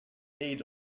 aid